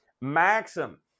Maxim